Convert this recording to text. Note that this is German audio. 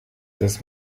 das